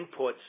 inputs